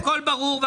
הכול ברור.